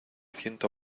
ciento